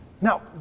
Now